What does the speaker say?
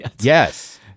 Yes